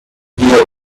wir